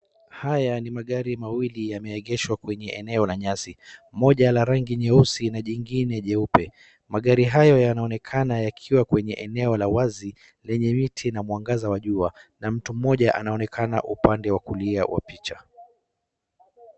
Haya ni magari mawili yameegeshwa kwenye eneo la nyasi, moja la rangi nyeusi na jingine jeupe. Magari hayo yanaonekana yakiwa kwenye eneo la wazi lenye miti na mwangaza wa jua na mtu mmoja anaonekana kwenye upane wa kulia wa picha.